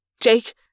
Jake